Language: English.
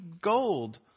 gold